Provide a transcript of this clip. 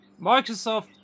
Microsoft